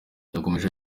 yakomeje